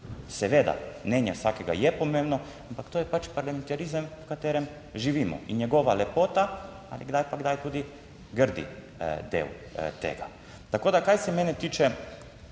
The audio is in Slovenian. Seveda, mnenje vsakega je pomembno, ampak to je pač parlamentarizem v katerem živimo in njegova lepota ali kdaj pa kdaj tudi grdi del tega. Tako da, kar se mene tiče,